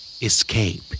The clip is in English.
Escape